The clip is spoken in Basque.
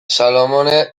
salamone